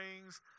rings